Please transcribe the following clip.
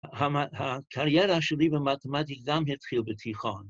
הקריירה שלי במתמטי – גם התחיל בתיכון.